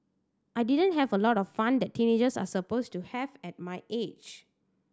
I didn't have a lot of fun that teenagers are supposed to have at my age